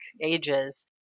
ages